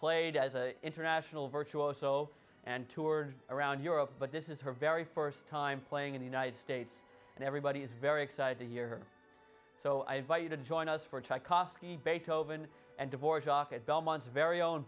played as an international virtuoso and toured around europe but this is her very first time playing in the united states and everybody is very excited to hear her so i invite you to join us for a try kosky beethoven and divorce off at belmont very own